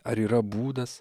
ar yra būdas